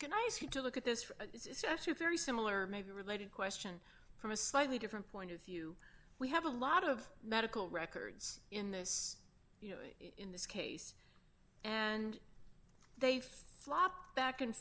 can i ask you to look at this for twenty three similar maybe related question from a slightly different point of view we have a lot of medical records in this in this case and they flop back and